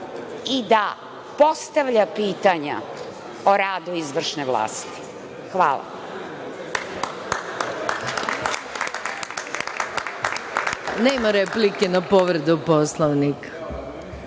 i da postavlja pitanja o radu izvršne vlasti. Hvala.